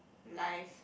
life